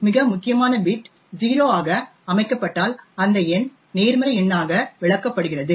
மிக முக்கியமான பிட் 0 ஆக அமைக்கப்பட்டால் அந்த எண் நேர்மறை எண்ணாக விளக்கப்படுகிறது